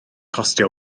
costio